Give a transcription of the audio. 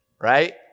right